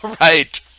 Right